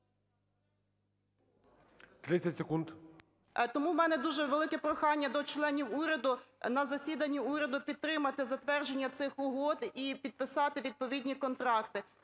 Тому у мене дуже велике прохання до членів уряду на засіданні уряду підтримати затвердження цих угод і підписати відповідні контракти.